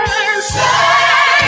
Say